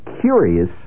curious